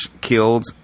killed